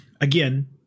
again